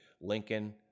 Lincoln